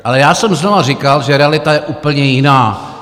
Ale já jsem znovu říkal, že realita je úplně jiná.